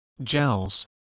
gels